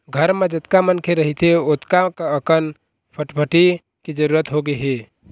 घर म जतका मनखे रहिथे ओतका अकन फटफटी के जरूरत होगे हे